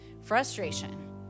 frustration